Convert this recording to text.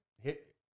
hit